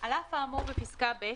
"(ג)על אף האמור בפסקה (ב),